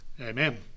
Amen